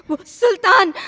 sultan